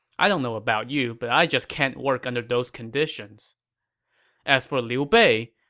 i don't know about you, but i just can't work under those conditions as for liu bei,